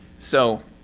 so